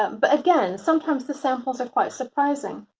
um but again, sometimes the samples are quite surprising